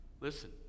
listen